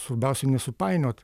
svarbiausiai nesupainiot